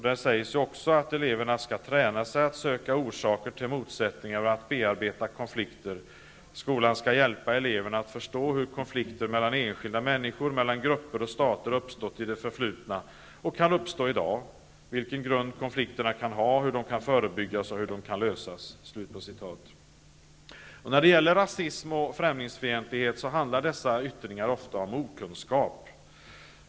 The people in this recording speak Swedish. Där sägs också att ''eleverna skall träna sig att söka orsaker till motsättningar och att bearbeta konflikter. Skolan skall hjälpa eleverna att förstå hur konflikter mellan enskilda människor, mellan grupper och stater uppstått i det förflutna och kan uppstå i dag, vilken grund konflikterna kan ha, hur de kan förebyggas och hur de kan lösas''. När det gäller rasism och främlingsfientlighet handlar dessa yttringar ofta om okunskap.